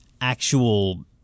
actual